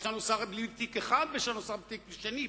יש לנו שר בלי תיק אחד ויש לנו שר בלי תיק שני.